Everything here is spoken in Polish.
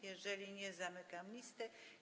Jeżeli nie, zamykam listę.